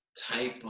type